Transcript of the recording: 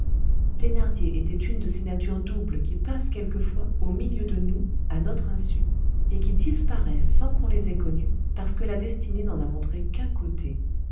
thénardier était une de ces natures doubles qui passent quelquefois au milieu de nous à notre insu et qui disparaissent sans qu'on les ait connues parce que la destinée n'en a montré qu'un côté